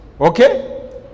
okay